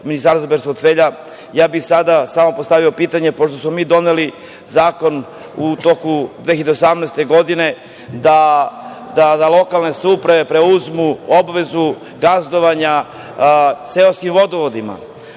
Ministarstvo bez portfelja. Ja bih sada samo postavio pitanje, pošto smo mi doneli zakon u toku 2018. godine da lokalne samouprave preuzmu obavezu gazdovanja seoskim vodovodima,